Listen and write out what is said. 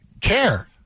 care